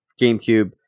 GameCube